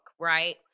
right